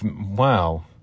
Wow